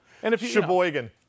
Sheboygan